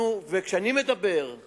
אני מדבר על כך